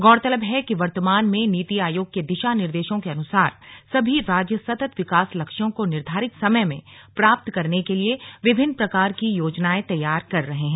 गौरतलब है कि वर्तमान में नीति आयोग के दिशा निर्देशों के अनुसार सभी राज्य सतत् विकास लक्ष्यों को निर्धारित समय में प्राप्त करने के लिए विभिन्न प्रकार की योजनाएं तैयार कर रहे हैं